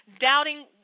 doubting